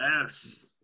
Yes